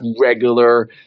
regular